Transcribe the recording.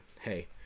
hey